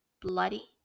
bloody